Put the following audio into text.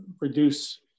reduce